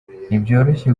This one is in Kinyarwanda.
ntibyoroshye